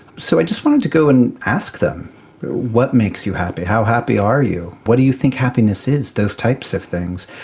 so i just wanted to go and ask them what makes you happy, how happy are you, what do you think happiness is? those types of things.